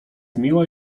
miła